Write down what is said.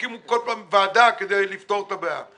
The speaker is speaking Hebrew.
כל פעם הקימו ועדה כדי לפתור את הבעיה.